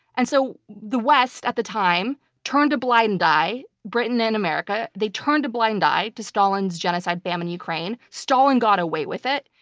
and so the west at the time turned a blind eye. britain and america, they turned a blind eye to stalin's genocide-famine in ukraine. stalin got away with it.